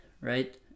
right